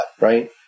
right